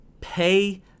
pay